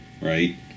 right